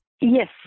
Yes